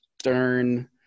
stern